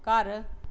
ਘਰ